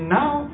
now